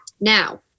Now